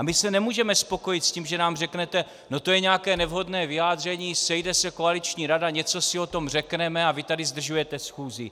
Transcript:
my se nemůžeme spokojit s tím, že nám řeknete: no to je nějaké nevhodné vyjádření, sejde se koaliční rada, něco si o tom řekneme a vy tady zdržujete schůzi.